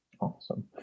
Awesome